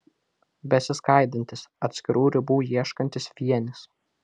besiskaidantis atskirų ribų ieškantis vienis